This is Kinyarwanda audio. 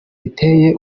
biteye